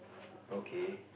okay